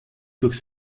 durch